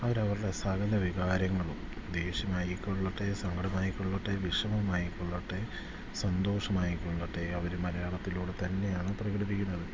അവരവരുടെ സകല വികാരങ്ങളും ദേഷ്യമായിക്കൊള്ളട്ടെ സങ്കടമായിക്കൊള്ളട്ടെ വിഷമമായിക്കൊള്ളട്ടെ സന്തോഷമായിക്കൊള്ളട്ടെ അവർ മലയാളത്തിലൂടെ തന്നെയാണ് പ്രകടിപ്പിക്കുന്നത്